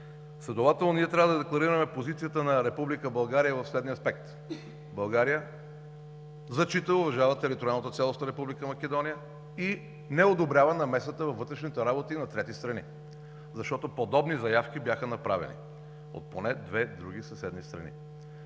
Следователно ние трябва да декларираме позицията на Република България в следния аспект: България зачита, уважава териториалната цялост на Република Македония и не одобрява намесата във вътрешните работи на трети страни, защото подобни заявки бяха направени от поне две други съседни страни.